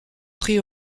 prix